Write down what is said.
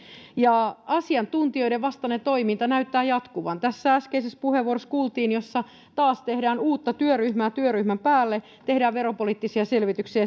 ja asiantuntijoiden vastainen toiminta näyttää jatkuvan tässä äskeisessä puheenvuorossa kuultiin että taas tehdään uutta työryhmää työryhmän päälle ja tehdään veropoliittisia selvityksiä